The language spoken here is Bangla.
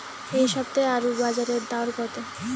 এ সপ্তাহে আলুর বাজারে দর কত?